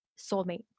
soulmate